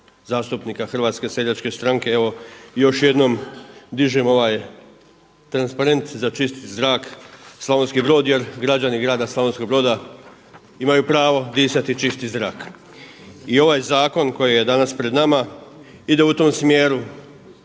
zastupnika Hrvatske seljačke stranke evo još jednom dižem ovaj transparent za čist zrak Slavonski Brod jer građani grada Slavonskog Broda imaju pravo disati čisti zrak. I ovaj zakon koji je danas pred nama ide u tom smjeru